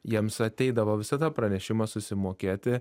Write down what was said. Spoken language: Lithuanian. jiems ateidavo visada pranešimas susimokėti